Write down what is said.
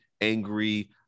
angry